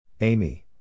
Amy